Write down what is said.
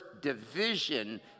division